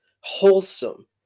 wholesome